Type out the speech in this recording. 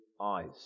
eyes